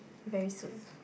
very soon